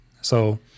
So-